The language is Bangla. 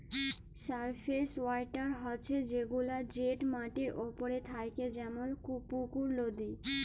সারফেস ওয়াটার হছে সেগুলা যেট মাটির উপরে থ্যাকে যেমল পুকুর, লদী